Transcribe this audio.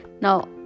Now